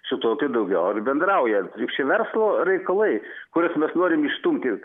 su tokiu daugiau ar bendrauja juk čia verslo reikalai kuriuos mes norim išstumti